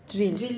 drill